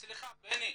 סליחה בני,